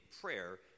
prayer